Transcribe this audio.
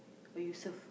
why you serve